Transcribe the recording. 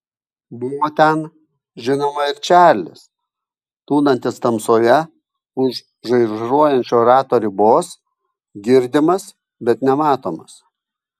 buvo ten žinoma ir čarlis tūnantis tamsoje už žaižaruojančio rato ribos girdimas bet nematomas